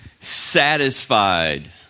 satisfied